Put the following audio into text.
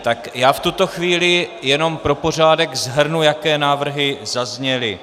Tak já v tuto chvíli jenom pro pořádek shrnu, jaké návrhy zazněly.